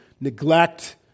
neglect